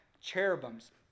cherubims